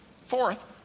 Fourth